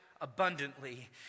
abundantly